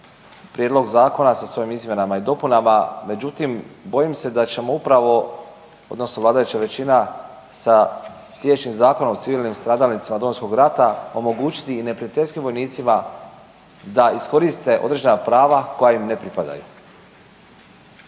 prijedlog zakona sa svojim izmjenama i dopunama. Međutim, bojim se da ćemo upravo odnosno vladajuća većina sa sljedećim Zakonom o stradalnicima Domovinskog rata omogućiti i neprijateljskim vojnicima da iskoriste određena prava koja ima ne pripadaju.